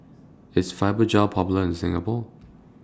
IS Fibogel Popular in Singapore